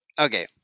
okay